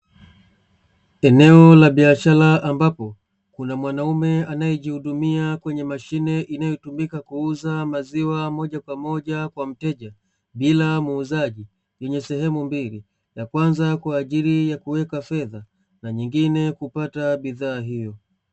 Eneo la bishara ambapo kuna mwanaume anaejihudumia kwenye mashine inayotumika kuuza maziwa moja kwa moja kwa mteja bila muuzaji, yenye sehemu mbili; ya kwanza kwaajili ya kuweka fedha na nyingine kupata bidhaa hiyo.